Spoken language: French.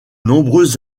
nombreuses